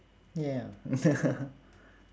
ya